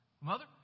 Mother